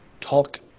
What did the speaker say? Talk